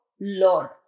Lord